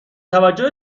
توجه